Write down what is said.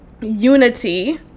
unity